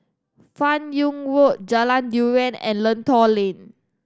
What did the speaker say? Fan Yoong Road Jalan Durian and Lentor Lane